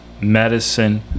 medicine